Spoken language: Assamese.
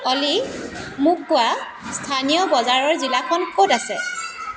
অ'লি মোক কোৱা স্থানীয় বজাৰৰ জিলাখন ক'ত আছে